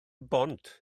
bont